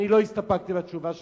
אני לא הסתפקתי בתשובה שלך,